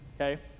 okay